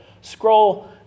scroll